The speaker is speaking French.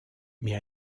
mais